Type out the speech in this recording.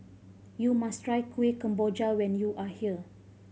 you must try Kuih Kemboja when you are here